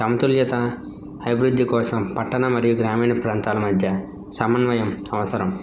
సమతుల్యత అభివృద్ధి కోసం పట్టణ మరియు గ్రామీణ ప్రాంతాల మధ్య సమన్వయం అవసరం